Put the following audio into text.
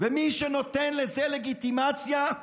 ומי שנותן לזה לגיטימציה,